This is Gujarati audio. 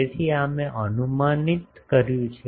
તેથી આ મેં અનુમાનિત કર્યું છે